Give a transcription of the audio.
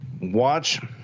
watch